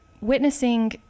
witnessing